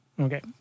Okay